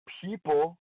people